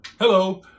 hello